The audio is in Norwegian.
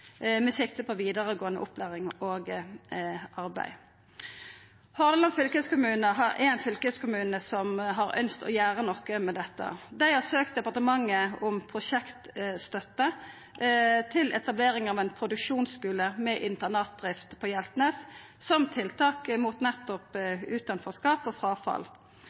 på videre opplæring eller arbeid». Hordaland fylkeskommune er ein fylkeskommune som har ønskt å gjera noko med dette. Dei har søkt departementet om prosjektstøtte til etablering av ein produksjonsskule med internatdrift på Hjeltnes, som eit tiltak mot nettopp utanforskap og fråfall.